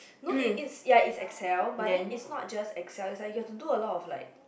no is is ya is Excel but then is not just Excel is like you have to do a lot of like